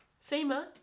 Seema